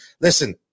listen